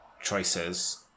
choices